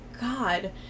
God